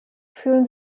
fühlen